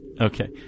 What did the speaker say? Okay